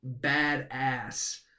badass